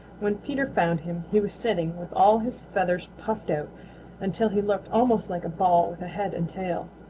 when peter found him, he was sitting with all his feathers puffed out until he looked almost like a ball with a head and tail.